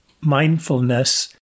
mindfulness